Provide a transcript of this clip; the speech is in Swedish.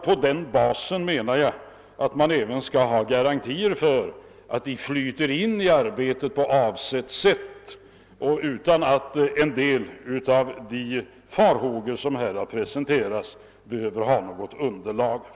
På den basen menar jag att vi också kommer att få garantier för att representanterna flyter in i arbetet på det sätt som avsetts och utan att de farhågor som här uttalats skall visa sig ha något underlag.